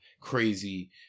crazy